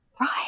Right